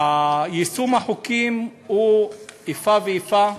יישום החוקים הוא איפה ואיפה,